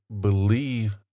believe